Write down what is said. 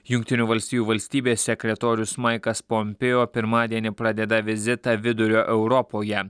jungtinių valstijų valstybės sekretorius maikas pompeo pirmadienį pradeda vizitą vidurio europoje